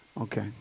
Okay